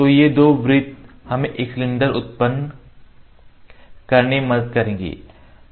ये दो वृत्त हमें एक सिलेंडर उत्पन्न करने में मदद करेंगे